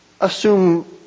assume